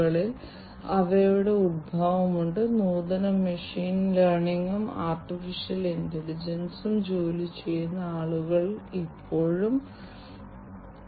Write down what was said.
IIoT പ്രാകൃതമാണ് വ്യവസായത്തിൽ വളരെക്കാലമായി നിലനിൽക്കുന്ന ഓട്ടോമേഷൻ പതിറ്റാണ്ടുകളായി വ്യവസായങ്ങൾ വളരെക്കാലമായി ഓട്ടോമേഷൻ ഉപയോഗിക്കുന്നു